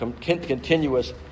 continuous